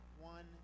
one